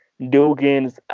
Dugans